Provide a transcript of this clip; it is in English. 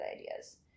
ideas